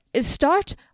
start